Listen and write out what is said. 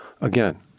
Again